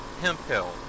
Hemphill